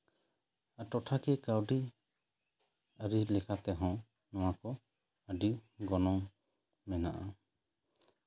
ᱟᱨ ᱴᱚᱴᱷᱟᱠᱤᱭᱟᱹ ᱠᱟᱹᱣᱰᱤᱭᱟᱹᱨᱤ ᱞᱮᱠᱟ ᱛᱮᱦᱚᱸ ᱱᱚᱣᱟ ᱠᱚ ᱟᱹᱰᱤ ᱜᱚᱱᱚᱝ ᱢᱮᱱᱟᱜᱼᱟ